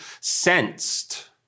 sensed